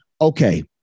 okay